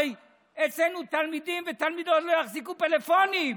הרי אצלנו תלמידים ותלמידות לא יחזיקו פלאפונים.